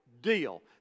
deal